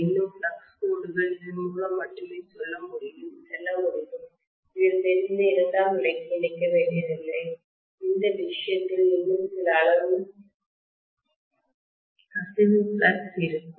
இன்னும் ஃப்ளக்ஸ் கோடுகள் இதன் மூலம் மட்டுமே செல்ல முடியும் இது தெரிந்த இரண்டாம்நிலைக்கு இணைக்க வேண்டியதில்லை இந்த விஷயத்தில் இன்னும் சில அளவு கசிவு ஃப்ளக்ஸ்இருக்கும்